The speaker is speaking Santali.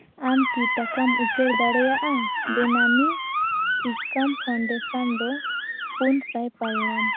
ᱟᱢ ᱠᱤ ᱴᱟᱠᱟᱢ ᱩᱪᱟᱹᱲ ᱫᱟᱲᱮᱭᱟᱜᱼᱟ ᱵᱮᱱᱟᱢᱤ ᱤᱠᱟᱢ ᱯᱷᱚᱱᱰᱮᱥᱚᱱᱫᱚ ᱯᱩᱱ ᱥᱟᱭ ᱯᱟᱨᱤᱲᱟᱢ